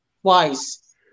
twice